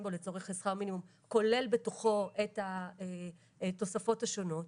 בו לצורך שכר מינימום כולל בתוכו את התוספים השונות,